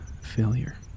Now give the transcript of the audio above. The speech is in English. failure